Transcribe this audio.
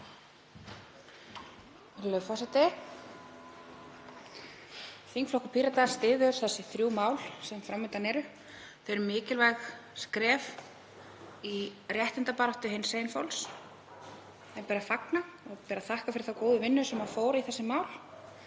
forseti. Þingflokkur Pírata styður þessi þrjú mál sem fram undan eru. Þau eru mikilvæg skref í réttindabaráttu hinsegin fólks sem ber að fagna. Og það ber að þakka fyrir þá góðu vinnu sem fór í þessi mál,